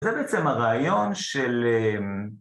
זה בעצם הרעיון של...